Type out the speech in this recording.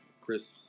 Chris